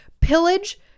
pillage